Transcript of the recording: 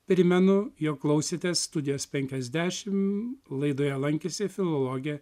primenu jog klausėtės studijos penkiasdešim laidoje lankėsi filologė